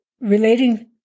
relating